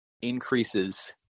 increases